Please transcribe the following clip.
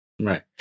Right